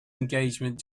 engagement